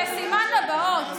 כסימן לבאות.